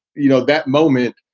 you know, that moment,